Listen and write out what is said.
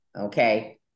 Okay